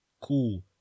cool